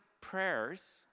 prayers